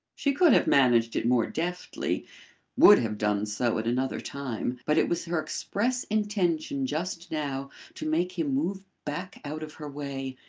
she could have managed it more deftly would have done so at another time, but it was her express intention just now to make him move back out of her way,